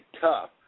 tough